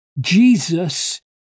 Jesus